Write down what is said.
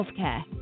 Healthcare